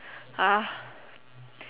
ugh